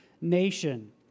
nation